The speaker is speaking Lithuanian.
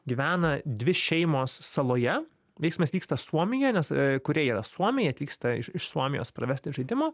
gyvena dvi šeimos saloje veiksmas vyksta suomijoj nes kurie yra suomiai atvyksta iš iš suomijos pravesti žaidimo